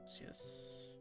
Yes